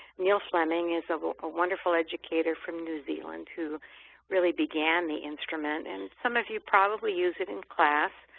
neil fleming is a ah ah wonderful educator from new zealand who really began the instrument and some of you probably use it in class.